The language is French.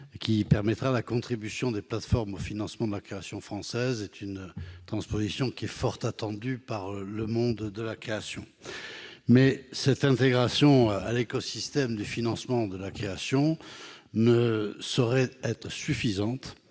qui permettra la contribution des plateformes au financement de la création française, est très attendue par le monde de la création. Cette intégration à l'écosystème du financement de la création ne saurait toutefois